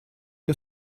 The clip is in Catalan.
que